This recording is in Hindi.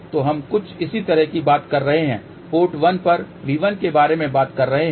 तो हम कुछ इसी तरह की बात कर रहे हैं पोर्ट 1 पर V1 के बारे में बात कर रहे है